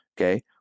Okay